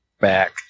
back